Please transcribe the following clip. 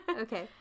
okay